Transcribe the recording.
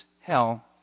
hell